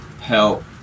help